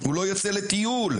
והוא לא יוצא לטיול,